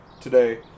today